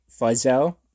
Faisal